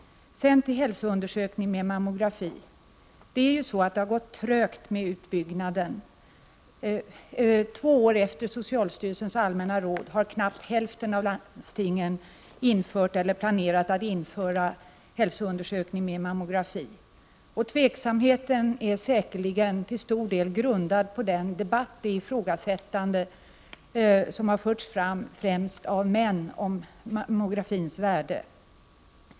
Sedan till hälsoundersökning med mammografi. Det har gått trögt med utbyggnaden. Två år efter socialstyrelsens allmänna råd har knappt hälften av landstingen infört eller planerat att införa hälsoundersökning med mammografi. Tveksamheten är säkerligen till stor del grundad på den debatt och det ifrågasättande som har förts fram av främst män om mammografins värde.